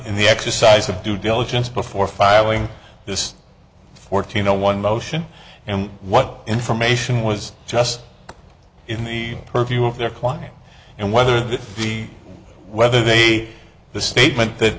in the exercise of due diligence before filing this fourteen no one motion and what information was just in the purview of their client and whether the whether they the statement that